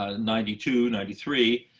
ah ninety two, ninety three.